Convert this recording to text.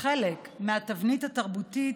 חלק מהתבנית התרבותית,